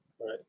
Right